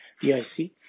DIC